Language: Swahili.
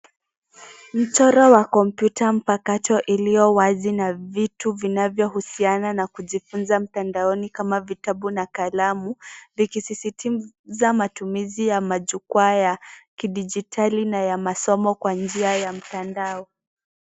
Mchoro wa kompyuta mpakato iliyo wazi na vitu vinavyohusiana na kujifunza mtandaoni kama vitabu na kalamu, likisisitiza matumizi ya majukwaa ya kidijitali na ya masomo kwa njia ya mtandao.